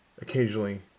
occasionally